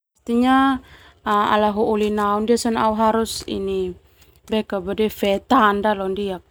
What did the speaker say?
Pastinya au harus fe tanda londiak.